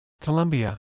Colombia